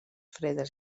fredes